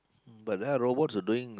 but then robots are doing